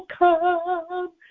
come